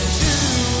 two